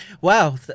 Wow